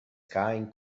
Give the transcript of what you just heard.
caem